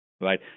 right